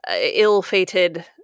ill-fated